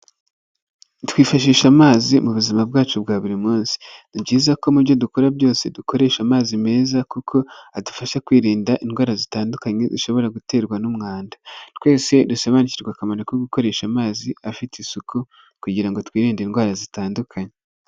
Twifashisha amazi mu buzima bwacu bwa buri munsi, ni byiza ko mu byo dukora byose dukoresha amazi meza kuko adufasha kwirinda indwara zitandukanye ushobora guterwa n'umwanda. Twese dusobanukirwa akamaro ko gukoresha amazi afite isuku kugira ngo twirinde indwara zitandukanye.